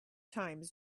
times